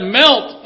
melt